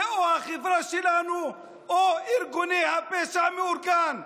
זה או החברה שלנו או ארגוני הפשע המאורגן.